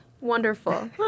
Wonderful